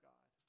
God